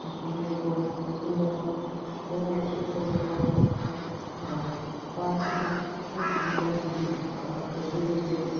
ꯃꯅꯤꯄꯨꯔ ꯏꯃꯥ ꯅꯪꯒꯤ ꯑꯁꯨꯛ ꯐꯖꯕ ꯄꯥꯠꯁꯤꯕꯨ ꯃꯨꯠꯈꯤꯅꯤ ꯍꯥꯏꯕꯒꯤ ꯄꯥꯈꯠꯄꯁꯨ ꯂꯩꯖꯩ